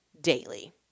daily